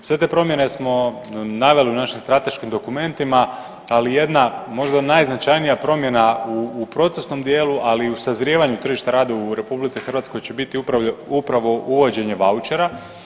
Sve te promjene smo naveli u našim strateškim dokumentima, ali jedna možda najznačajnija promjena u procesnom dijelu, ali i u sazrijevanju tržišta rada u RH će biti upravo uvođenje vaučera.